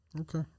Okay